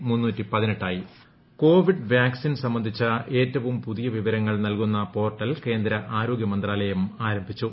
Covid portal Covid vaccine സംബന്ധിച്ച് ഏറ്റവും പുതിയ വിവരങ്ങൾ നൽകുന്ന പോർട്ടൽ കേന്ദ്ര ആരോഗ്യമന്ത്രാലയം ആരംഭിച്ചു